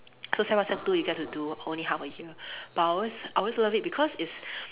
so sec one sec two we get to do only half a year but I always I always love it because it's